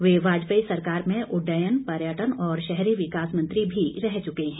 वे वाजपेयी सरकार में उड्डयन पर्यटन और शहरी विकास मंत्री भी रह चुके हैं